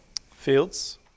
fields